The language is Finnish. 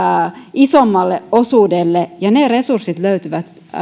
isommalle osuudelle ja ne resurssit löytyvät